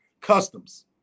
customs